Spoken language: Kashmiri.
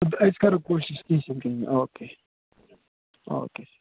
أسۍ کَرو کوٗشِش کیٚنٛہہ چھُنہٕ کیٚنٛہہ او کے او کے